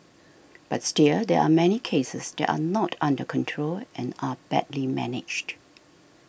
but still there are many cases that are not under control and are badly managed